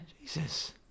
Jesus